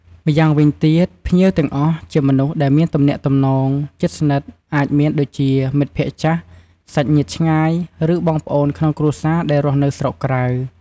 ម្យ៉ាងវិញទៀត ភ្ញៀវទាំងអស់ជាមនុស្សដែលមានទំនាក់ទំនងជិតស្និទ្ធ អាចមានដូចជា មិត្តភក្តិចាស់ សាច់ញាតិឆ្ងាយ ឬបងប្អូនក្នុងគ្រួសារដែលរស់នៅស្រុកក្រៅ។